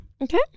Okay